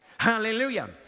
Hallelujah